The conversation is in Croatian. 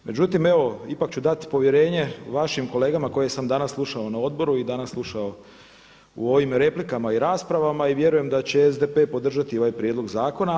Međutim, ipak ću dati povjerenje vašim kolegama koje sam danas slušao na odboru i danas slušao u ovim replikama i raspravama i vjerujem da će SDP-e podržati ovaj prijedlog zakona.